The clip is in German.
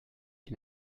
dem